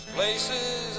places